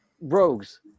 rogues